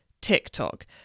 TikTok